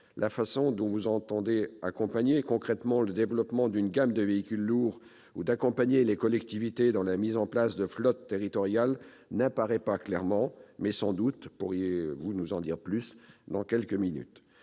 La manière dont vous entendez favoriser concrètement le développement d'une gamme de véhicules lourds et accompagner les collectivités dans la mise en place de flottes territoriales n'apparaît pas clairement : mais sans doute pourrez-vous nous en dire davantage à ce propos dans quelques minutes,